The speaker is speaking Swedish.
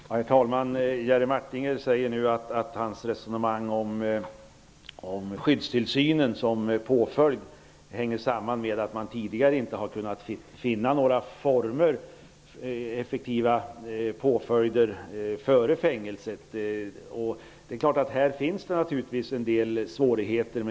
Herr talman! Jerry Martinger säger nu att hans resonemang om skyddstillsynen som påföljd hänger samman med att man tidigare inte har kunnat finna några former för effektiva påföljder före fängelset. Här finns naturligtvis en del svårigheter.